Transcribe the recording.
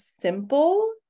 simple